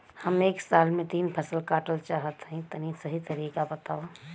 हम एक साल में तीन फसल काटल चाहत हइं तनि सही तरीका बतावा?